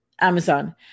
Amazon